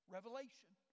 Revelation